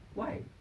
why